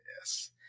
Yes